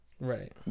Right